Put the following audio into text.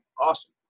awesome